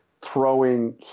throwing